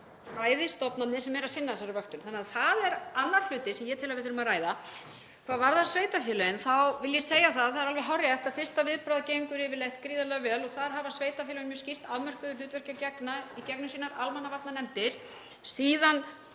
að það er annar hlutur sem ég tel að við þurfum að ræða. Hvað varðar sveitarfélögin þá vil ég segja að það er alveg hárrétt að fyrsta viðbragð gengur yfirleitt gríðarlega vel og þar hafa sveitarfélögin mjög skýrt afmörkuðu hlutverki að gegna í gegnum sínar almannavarnanefndir.